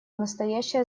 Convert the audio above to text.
настоящее